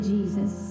Jesus